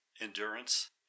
endurance